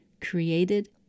created